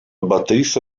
batterista